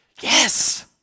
Yes